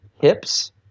hips